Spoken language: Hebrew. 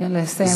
לסיים בבקשה.